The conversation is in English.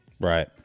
Right